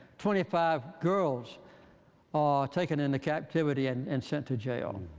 twenty five girls are taken into captivity and and sent to jail.